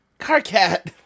Carcat